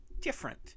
different